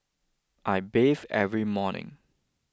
I bathe every morning